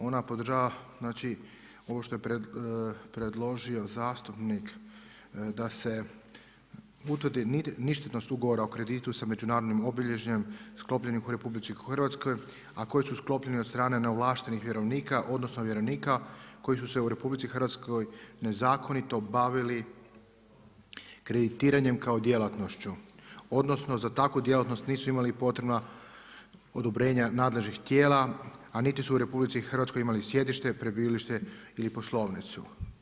Ona podržava znači ovo što je predložio zastupnik da se utvrdi ništetnost ugovora o kreditu sa međunarodnim obilježjem sklopljenih u RH a koje su sklopljene od strane neovlaštenih vjerovnika, odnosno vjerovnika koji su se u RH nezakonito bavili kreditiranjem kao djelatnošću, odnosno za takvu djelatnost nisu imali potrebna odobrenja nadležnih tijela, a niti su u RH imali sjedište, prebivalište ili poslovnicu.